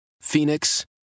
Phoenix